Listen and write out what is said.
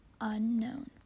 unknown